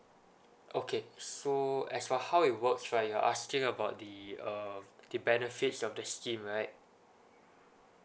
okay so as for how it works right you're asking about the uh the benefits of the scheme right